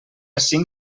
cinc